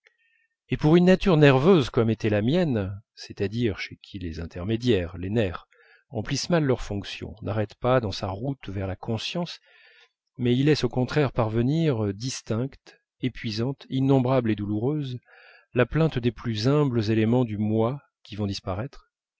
et pour une nature nerveuse comme était la mienne c'est-à-dire chez qui les intermédiaires les nerfs remplissent mal leurs fonctions n'arrêtent pas dans sa route vers la conscience mais y laissent au contraire parvenir distincte épuisante innombrable et douloureuse la plainte des plus humbles éléments du moi qui vont disparaître